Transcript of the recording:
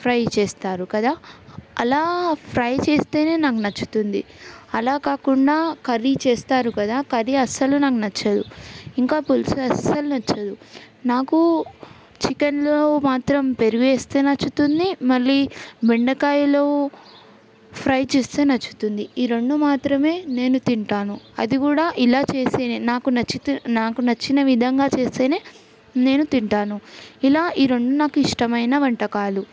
fry చేస్తారు కదా అలా ఫ్రై చేస్తేనే నాకు నచ్చుతుంది అలా కాకుండా కర్రీ చేస్తారు కదా కర్రీ అసలు నాకు నచ్చదు ఇంకా పులుసు అస్సలు నచ్చదు నాకు చికెన్లో మాత్రం పెరుగు వేస్తే నచ్చుతుంది మళ్ళీ బెండకాయలు ఫ్రై చేస్తే నచ్చుతుంది ఈ రెండు మాత్రమే నేను తింటాను అది కూడా ఇలా చేస్తేనే నాకు నచ్చితే నాకు నచ్చిన విధంగా చేస్తేనే నేను తింటాను ఇలా ఈ రెండు నాకు ఇష్టమైన వంటకాలు